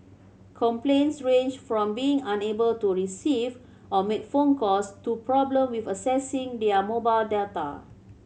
complaints ranged from being unable to receive or make phone calls to problem with accessing their mobile data